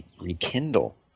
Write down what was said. rekindle